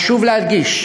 חשוב להדגיש